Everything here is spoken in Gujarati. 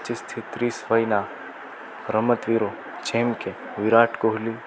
પચ્ચીસથી ત્રીસ વયના રમતવીરો જેમકે વિરાટ કોહલી